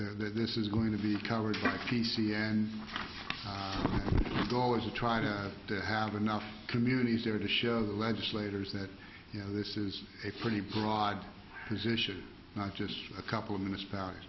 that this is going to be a color fight p c and dollars to try to have enough communities there to show the legislators that you know this is a pretty broad position not just a couple of minutes powers